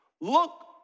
look